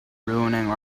ruining